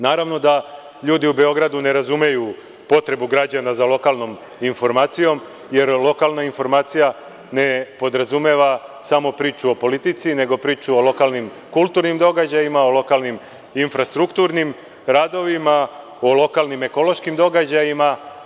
Naravno da ljudi u Beogradu ne razumeju potrebu građana za lokalnom informacijom jer lokalna informacija ne podrazumeva samo priču o politici, nego priču o lokalnim kulturnim događajima, lokalnim infrastrukturnim radovima i lokalnim ekološkim događajima.